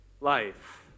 life